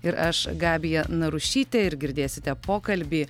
ir aš gabija narušytė ir girdėsite pokalbį